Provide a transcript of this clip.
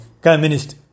communist